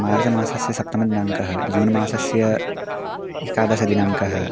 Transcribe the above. मार्च् मासस्य सप्तमदिनाङ्कः जून् मासस्य एकादशदिनाङ्कः